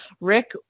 Rick